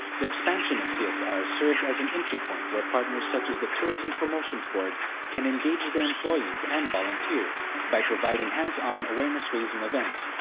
the expansion of csr served as an entry point where partners such as the tourism promotions board can engage their employees and volunteers. by providing hands-on, awareness-raising events,